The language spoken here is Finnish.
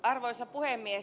arvoisa puhemies